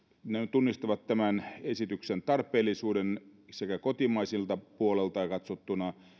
tunnistavat tämän esityksen tarpeellisuuden sekä kotimaiselta puolelta katsottuna